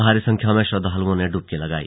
भारी संख्या में श्रद्वालुओं ने इबकी लगाई